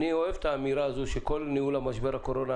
אני אוהב את האמירה הזאת שכל ניהול משבר הקורונה,